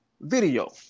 video